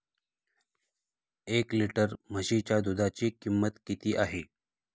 एक लिटर म्हशीच्या दुधाची किंमत किती आहे?